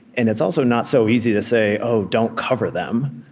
and it's also not so easy to say, oh, don't cover them,